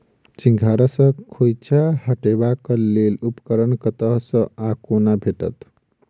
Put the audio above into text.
सिंघाड़ा सऽ खोइंचा हटेबाक लेल उपकरण कतह सऽ आ कोना भेटत?